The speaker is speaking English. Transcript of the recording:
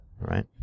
right